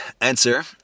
answer